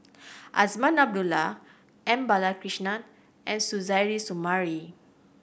Azman Abdullah M Balakrishnan and Suzairhe Sumari